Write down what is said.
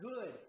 good